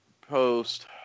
post